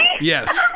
yes